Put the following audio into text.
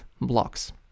blocks